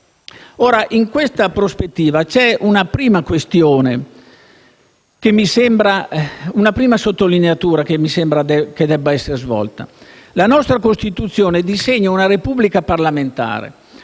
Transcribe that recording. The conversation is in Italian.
In questa prospettiva vi è una prima sottolineatura che mi sembra debba essere svolta. La nostra Costituzione disegna una Repubblica parlamentare,